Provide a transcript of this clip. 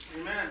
Amen